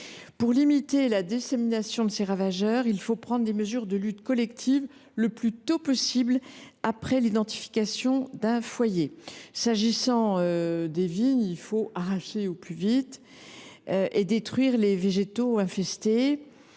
de limiter la dissémination de ces ravageurs, il faut prendre des mesures de lutte collective le plus tôt possible après l’identification d’un foyer. Ainsi, il faut arracher au plus vite les vignes malades et détruire les végétaux infestés.